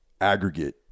aggregate